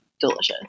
delicious